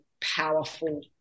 powerful